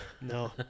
No